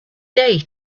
day